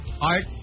art